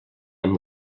amb